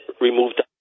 removed